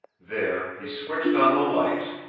there he switched on the lights,